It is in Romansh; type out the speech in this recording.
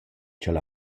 ch’el